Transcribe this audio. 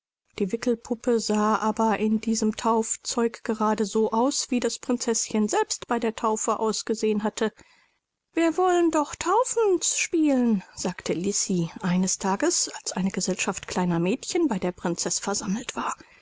die wickelpuppe sah aber in diesem taufzeug gerade so aus wie das prinzeßchen selbst bei der taufe ausgesehen hatte wir wollen doch taufens spielen sagte lisi eines tages als eine gesellschaft kleiner mädchen bei der prinzeß versammelt war